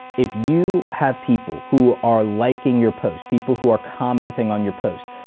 if you have people who are liking your post, people who are commenting on your post,